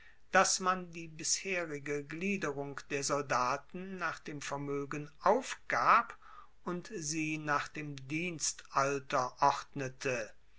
dass man die bisherige gliederung der soldaten nach dem vermoegen aufgab und sie nach dem dienstalter ordnete